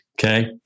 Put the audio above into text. Okay